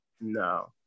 No